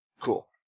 Cool